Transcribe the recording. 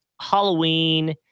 Halloween